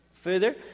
Further